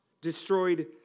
destroyed